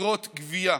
חברות גבייה.